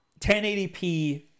1080p